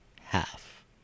half